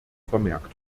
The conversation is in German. vermerkt